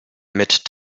mit